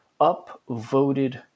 upvoted